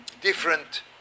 different